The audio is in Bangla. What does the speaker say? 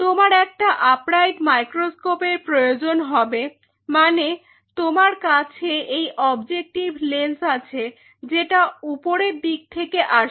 তোমার একটা আপরাইট মাইক্রোস্কোপের প্রয়োজন হবে মানে তোমার কাছে এই অবজেক্টিভ লেন্স আছে যেটা উপরের দিক থেকে আসছে